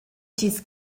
chi’s